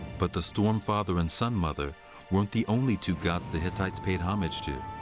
but the storm father and sun mother weren't the only two gods the hittites paid homage to.